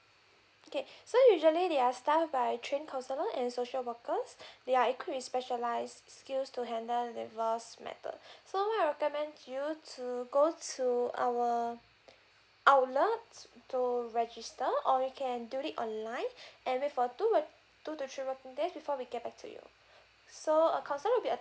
okay so usually they are staff by trained counsellor and social worker they are equipped with specialised skills to handle divorce matter so I recommend you to go to our outlet to register or you can do it online and wait for two wor~ two to three working days before we get back to you so a counsellor would be